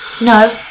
No